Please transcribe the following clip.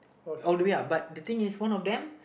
all the way uh but the thing is one of them